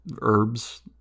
herbs